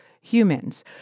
humans